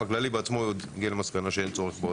הכללי בעצמו הגיע למסקנה שאין צורך בו.